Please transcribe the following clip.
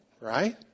right